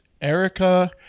erica